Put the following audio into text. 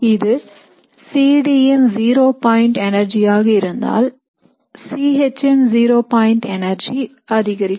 இது C D ன் zero point எனர்ஜியாக இருந்தால் C H ன் ஜீரோ பாயின்ட் எனர்ஜி அதிகரிக்கும்